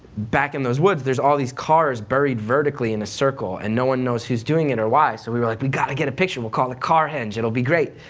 back in those woods, there's all these cars buried vertically in a circle and no one knows who's doing it or why. so we were like, we gotta get a picture, we'll call it carhenge, and it'll be great.